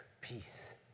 peace